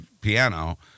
piano